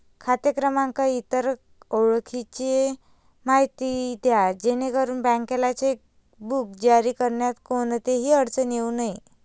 खाते क्रमांक, इतर ओळखीची माहिती द्या जेणेकरून बँकेला चेकबुक जारी करण्यात कोणतीही अडचण येऊ नये